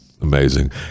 Amazing